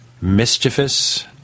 mischievous